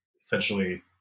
essentially